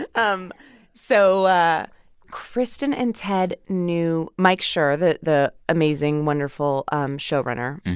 ah um so ah kristen and ted knew. mike schur, the the amazing, wonderful um showrunner,